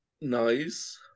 Nice